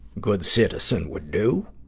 good citizen would do.